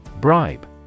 Bribe